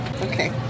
Okay